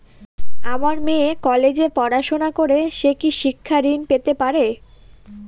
আমার মেয়ে কলেজে পড়াশোনা করে সে কি শিক্ষা ঋণ পেতে পারে?